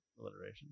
alliteration